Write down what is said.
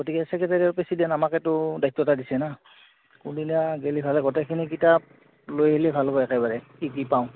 গতিকে ছেক্ৰেটেৰী আৰু প্ৰেচিডেণ্ট আমাকেতো দায়িত্ব এটা দিছে না কোনদিনা গ'লে ভাল হয় গোটেইখিনি কিতাপ লৈ আহিলে ভাল হ'ব একেবাৰে কি কি পাওঁ